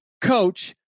coach